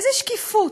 איזו שקיפות?